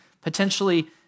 potentially